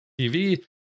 TV